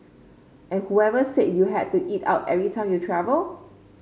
and whoever said you had to eat out every time you travel